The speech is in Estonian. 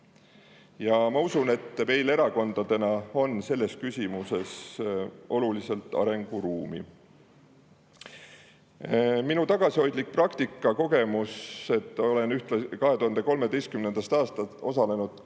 Ma usun, et meil erakondadena on selles küsimuses oluliselt arenguruumi. Minu tagasihoidlik praktiline kogemus – olen 2013. aastast osalenud